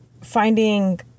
finding